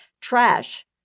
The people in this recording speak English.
Trash